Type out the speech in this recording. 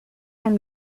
been